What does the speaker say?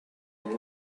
and